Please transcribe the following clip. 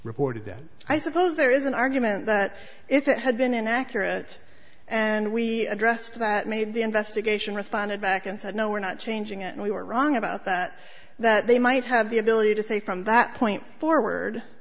reported that i suppose there is an argument that if it had been inaccurate and we addressed that made the investigation responded back and said no we're not changing it and we were wrong about that that they might have the ability to say from that point forward